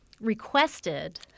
requested